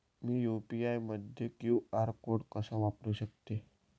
मी UPI मध्ये QR code कसा वापरु शकते?